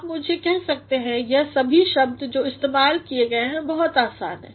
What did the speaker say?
आप मुझे कह सकते हैं कि यह सभी शब्द जो इस्तेमाल किए गए हैं बहुत आसान है